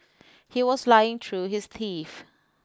he was lying through his teeth